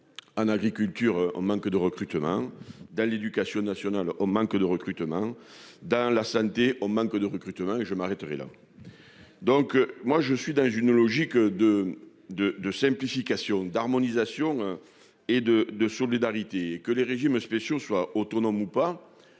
En agriculture, en manque de recrutement dans l'Éducation nationale au manque de recrutement dans la santé, on manque de recrutement et je m'arrêterai là. Donc moi je suis dans une logique de de de simplification d'harmonisation. Et de de solidarité que les régimes spéciaux soit autonome ou pas.